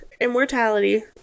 immortality